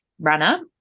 runner